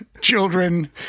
children